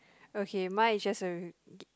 okay mine is just a